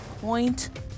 point